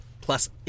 plus